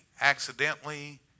accidentally